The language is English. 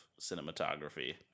cinematography